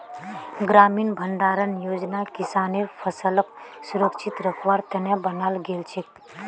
ग्रामीण भंडारण योजना किसानेर फसलक सुरक्षित रखवार त न बनाल गेल छेक